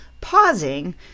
pausing